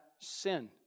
sin